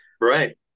right